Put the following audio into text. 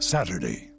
Saturday